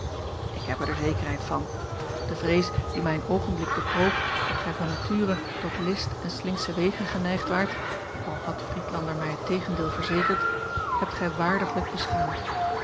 ik heb er de zekerheid van de vrees die mij een oogenblik bekroop dat gij van nature tot list en slinksche wegen geneigd waart al had friedlander mij het tegendeel verzekerd hebt gij waardiglijk beschaamd